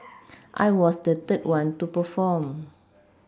I was the third one to perform